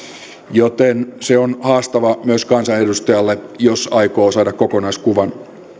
joten se on haastava myös kansanedustajalle jos aikoo saada kokonaiskuvan